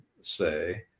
say